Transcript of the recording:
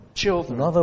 children